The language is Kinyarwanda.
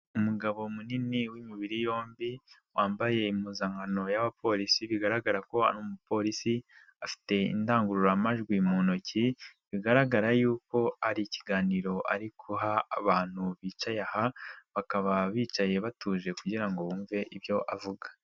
Umugabo munini w'imibiri yombi, wambaye impuzankano y'abapolisi bigaragara ko ari umupolisi, afite indangururamajwi mu ntoki bigaragara y'uko ari ikiganiro ariguha abantu bicaye aha, bakaba bicaye batuje kugira ngo bumve ibyo avuga.